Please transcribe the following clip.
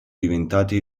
diventati